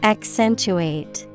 Accentuate